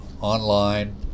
online